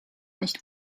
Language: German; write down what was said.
nicht